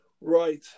Right